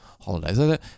holidays